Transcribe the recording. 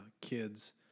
kids